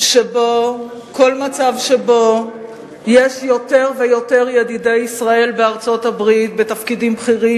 שבו יש יותר ויותר ידידי ישראל בארצות-הברית בתפקידים בכירים,